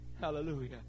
Hallelujah